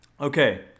Okay